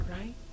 Right